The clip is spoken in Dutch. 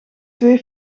twee